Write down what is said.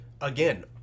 Again